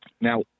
Now